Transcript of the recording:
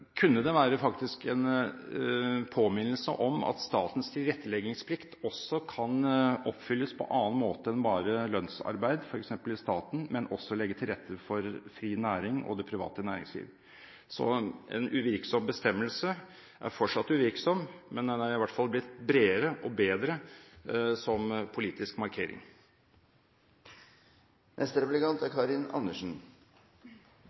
kunne det faktisk være en påminnelse om at statens tilretteleggingsplikt også kan oppfylles på annen måte enn bare gjennom lønnsarbeid, f.eks. i staten, men også legge til rette for fri næring og det private næringsliv. Så en uvirksom bestemmelse er fortsatt uvirksom, men den er i hvert fall blitt bredere og bedre som politisk markering. Menneskerettighetene er